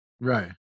Right